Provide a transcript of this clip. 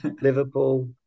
Liverpool